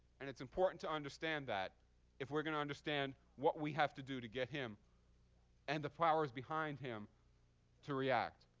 and it's important to understand that if we're going to understand what we have to do to get him and the powers behind him to react.